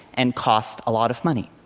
and cost a lot of money.